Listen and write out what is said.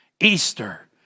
Easter